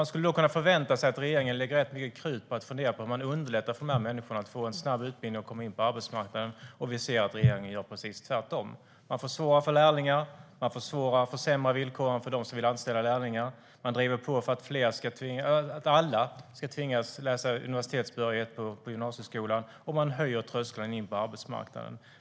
Vi skulle då kunna förvänta oss att regeringen lägger rätt mycket krut på att fundera på hur man underlättar för de människorna att få en snabb utbildning och att komma in på arbetsmarknaden. Vi ser att regeringen gör precis tvärtom. Man försvårar för lärlingar. Man försämrar villkoren för dem som vill anställa lärlingar. Man driver på för att alla ska tvingas läsa in universitetsbehörighet på gymnasieskolan. Och man höjer tröskeln in på arbetsmarknaden.